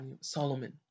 Solomon